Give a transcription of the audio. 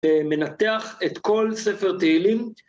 ומנתח את כל ספר תהילים.